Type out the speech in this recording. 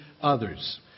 others